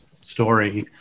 story